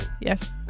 Yes